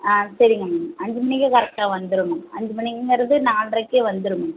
ஆ சரிங்க மேம் அஞ்சு மணிக்கே கரெக்டாக வந்துடும் அஞ்சு மணிங்கிறது நால்ரைக்கே வந்துடும் மேம்